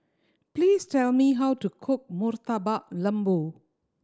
please tell me how to cook Murtabak Lembu